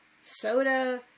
soda